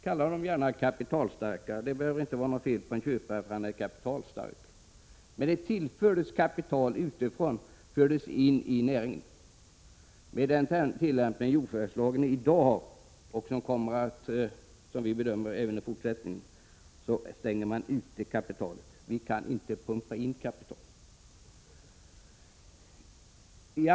Kalla dem gärna kapitalstarka — det behöver inte vara något fel på en köpare bara därför att han är kapitalstark. Kapital utifrån fördes alltså in i näringen. Med den tillämpning som jordförvärvslagen i dag har och som den enligt vår bedömning kommer att ha även i fortsättningen stänger man ute kapitalet. Vi kan inte pumpa in kapital i näringen.